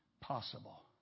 possible